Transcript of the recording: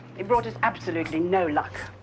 it brought us absolutely no luck.